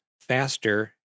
faster